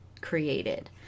created